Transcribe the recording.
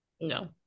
No